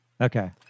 Okay